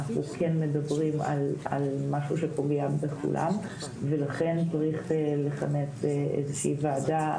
אנחנו מדברים על משהו שפוגע בכולם ולכן צריך לכנס איזושהי ועדה.